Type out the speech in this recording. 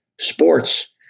sports